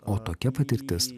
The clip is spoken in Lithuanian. o tokia patirtis